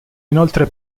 inoltre